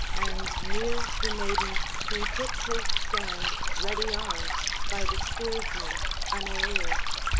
and near the maiden he took his stand ready armed by the steersman aneaeus,